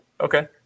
Okay